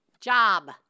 job